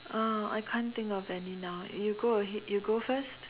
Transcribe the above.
oh I can't think of any now you go ahead you go first